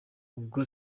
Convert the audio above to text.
ubwo